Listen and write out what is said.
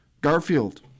Garfield